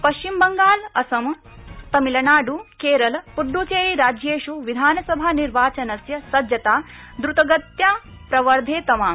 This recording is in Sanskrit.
पश्चिमबंगाल असम तमिलनाड् केरल पूद्च्चेरी राज्येष् विधानसभानिर्वाचनस्य सज्जता द्रतगत्या प्रवर्धतेतमाम्